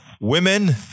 women